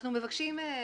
שמי